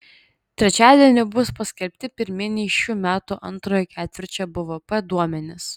trečiadienį bus paskelbti pirminiai šių metų antrojo ketvirčio bvp duomenys